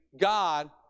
God